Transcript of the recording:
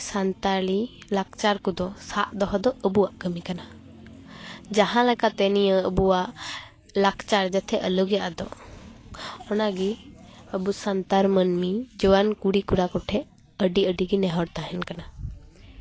ᱥᱟᱱᱛᱟᱞᱤ ᱞᱟᱠᱪᱟᱨ ᱠᱚᱫᱚ ᱥᱟᱵ ᱫᱚᱦᱚ ᱫᱚ ᱟᱵᱚᱣᱟᱜ ᱠᱟᱹᱢᱤ ᱠᱟᱱᱟ ᱡᱟᱦᱟᱸ ᱞᱮᱠᱟᱛᱮ ᱱᱤᱭᱟᱹ ᱟᱵᱚᱣᱟᱜ ᱞᱟᱠᱪᱟᱨ ᱡᱟᱛᱮ ᱟᱞᱚᱜᱮ ᱟᱫᱚᱜ ᱚᱱᱟᱜᱮ ᱟᱵᱚ ᱥᱟᱱᱛᱟᱲ ᱢᱟᱹᱱᱢᱤ ᱡᱚᱣᱟᱱ ᱠᱩᱲᱤ ᱠᱚᱲᱟ ᱠᱚᱴᱷᱮᱱ ᱟᱹᱰᱤ ᱟᱹᱰᱤᱜᱮ ᱱᱮᱦᱚᱨ ᱛᱟᱦᱮᱱ ᱠᱟᱱᱟ